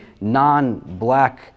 non-black